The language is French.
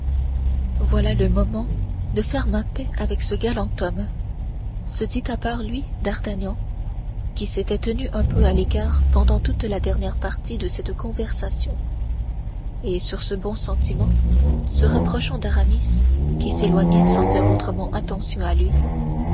voilà le moment de faire ma paix avec ce galant homme se dit à part lui d'artagnan qui s'était tenu un peu à l'écart pendant toute la dernière partie de cette conversation et sur ce bon sentiment se rapprochant d'aramis qui s'éloignait sans faire autrement attention à lui